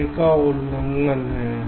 समय का उल्लंघन है